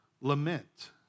lament